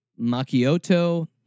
Makioto